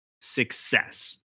success